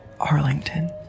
Arlington